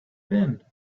wind